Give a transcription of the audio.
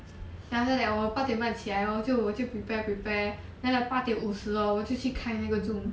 then after that 我八点半起来 hor 就我就 prepare prepare then 八点五十 hor 我就去开那个 zoom